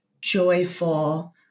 joyful